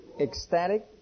ecstatic